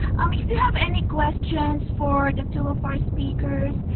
um if you have any questions for the two of our speakers,